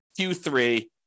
Q3